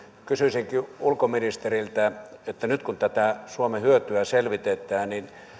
kysyisinkin ulkoministeriltä kun nyt tätä suomen hyötyä selvitetään